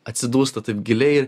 atsidūsta taip giliai